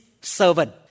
servant